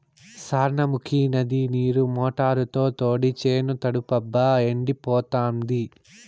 సార్నముకీ నది నీరు మోటారుతో తోడి చేను తడపబ్బా ఎండిపోతాంది